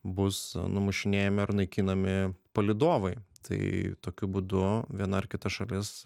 bus numušinėjami ar naikinami palydovai tai tokiu būdu viena ar kita šalis